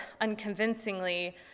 unconvincingly